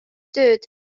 tööd